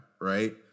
right